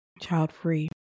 child-free